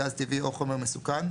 גז טבעי או חומר מסוכן,